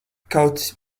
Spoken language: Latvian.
kaut